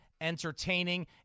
entertaining